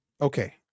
okay